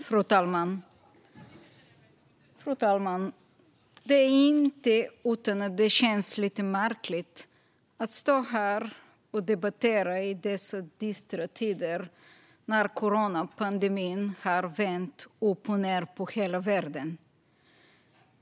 Fru talman! Det är inte utan att det känns lite märkligt att stå här och debattera i dessa dystra tider när coronapandemin har vänt upp och ned på hela världen.